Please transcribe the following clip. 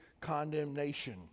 condemnation